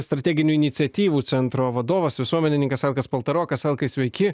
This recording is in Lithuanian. strateginių iniciatyvų centro vadovas visuomenininkas alkas paltarokas alkai sveiki